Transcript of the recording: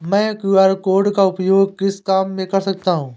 मैं QR code का उपयोग किस काम में कर सकता हूं?